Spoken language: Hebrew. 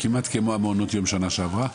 כמעט כמו מעונות יום שנה שעברה.